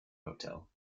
hotel